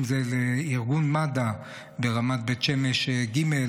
אם זה לארגון מד"א ברמת בית שמש ג',